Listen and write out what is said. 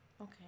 okay